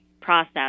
process